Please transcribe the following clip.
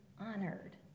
honored